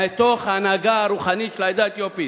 מתוך ההנהגה הרוחנית של העדה האתיופית,